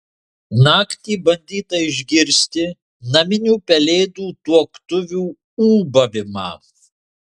naktį bandyta išgirsti naminių pelėdų tuoktuvių ūbavimą